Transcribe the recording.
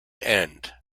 end